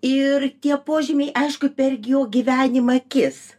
ir tie požymiai aišku per jo gyvenimą akis